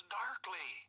darkly